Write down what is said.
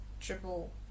triple